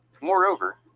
Moreover